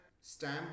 stamp